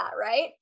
right